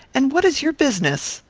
and what is your business?